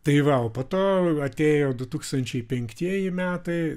tai va o po to atėjo du tūkstančiai penktieji metai